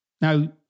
Now